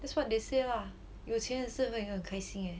that's what they say lah 有钱也是会很开心